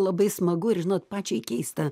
labai smagu ir žinot pačiai keista